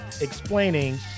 explaining